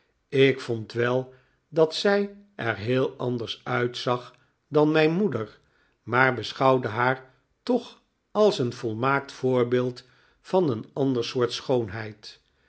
ik vond wel dat zij er heel anders uitzag dan mijn moeder maar beschouwde haar toch als een volmaakt voorbeeld van een ander soort schoonheid